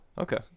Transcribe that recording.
Okay